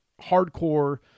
hardcore